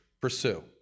pursue